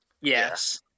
Yes